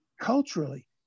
culturally